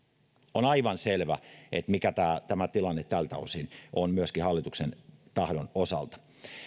on aivan selvä mikä tämä tämä tilanne tältä osin on myöskin hallituksen tahdon osalta